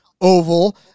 oval